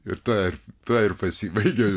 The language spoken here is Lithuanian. ir tuo tuo ir pasibaigė